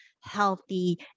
healthy